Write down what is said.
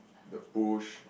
the push